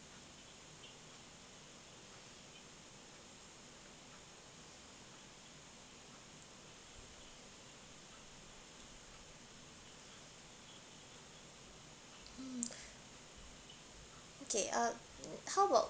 okay uh how about